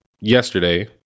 yesterday